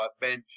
bench